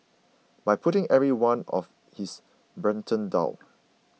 by putting every one of his brethren down